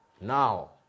Now